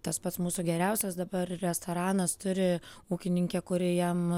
tas pats mūsų geriausias dabar restoranas turi ūkininkę kuri jam